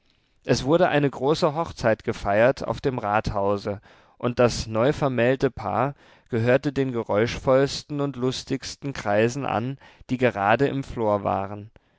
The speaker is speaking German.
es wurde eine große hochzeit gefeiert auf dem rathause und das neuvermählte paar gehörte den geräuschvollsten und lustigsten kreisen an die gerade im flor waren